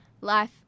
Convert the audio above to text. life